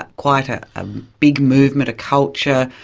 quite a big movement, a culture,